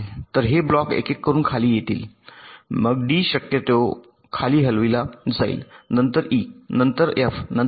तर हे ब्लॉक एकेक करून खाली येतील मग डी शक्यतो डी खाली हलविला जाईल नंतर ई नंतर एफ नंतर जी